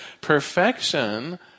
perfection